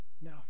No